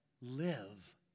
live